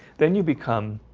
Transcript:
then you become